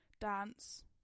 dance